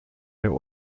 der